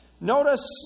Notice